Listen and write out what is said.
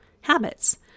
habits